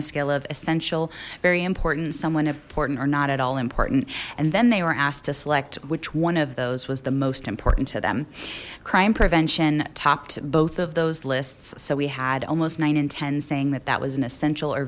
a scale of essential very important someone important or not at all important and then they were asked to select which one of those was the most important to them crime prevention topped both of those lists so we had almost nine and ten saying that that was an essential